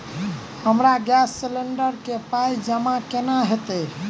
हमरा gas cylinder केँ पाई जमा केना हएत?